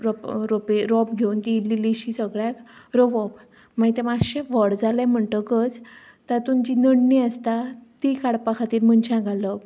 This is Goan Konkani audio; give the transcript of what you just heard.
रों रोंप घेवन ती इल्ली इल्लीशी सगळ्यांक रोंवप मागीर तें मातशें व्हड जालें म्हणटकच तातून जी नडणी आसता ती काडपा खातीर मनशां घालप